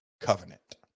covenant